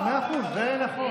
אדוני, מאה אחוז, זה נכון.